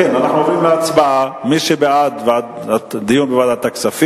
נאמר שיכריזו, מה קורה יום למחרת ההכרזה